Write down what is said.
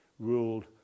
ruled